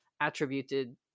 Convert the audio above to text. attributed